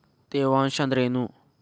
ತೇವಾಂಶ ಅಂದ್ರೇನು?